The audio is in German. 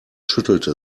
schüttelte